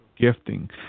gifting